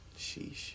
Sheesh